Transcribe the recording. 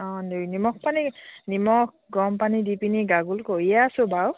অঁ নি নিমখ পানী নিমখ গৰম পানী দি পিনি গাৰ্গল কৰিয়ে আছোঁ বাৰু